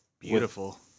Beautiful